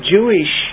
Jewish